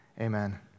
amen